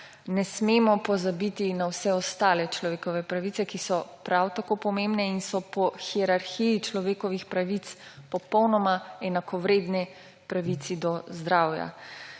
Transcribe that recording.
ne smemo pozabiti na vse ostale človekove pravice, ki so prav tak pomembne in so po hierarhiji človekovih pravic popolnoma enakovredne pravici do zdravja.